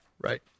Right